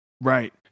Right